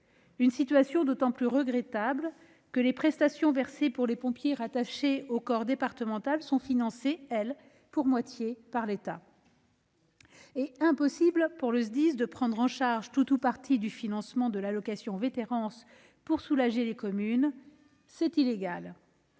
Cette situation est d'autant plus regrettable que les prestations versées pour les pompiers rattachés au corps départemental sont financées, elles, pour moitié par l'État. En outre, il est impossible pour le SDIS de prendre en charge tout ou partie du financement de l'allocation de vétérance pour soulager les communes, car c'est illégal.